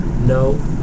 No